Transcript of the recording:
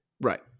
Right